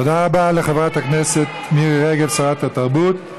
תודה רבה לחברת הכנסת מירי רגב, שרת התרבות.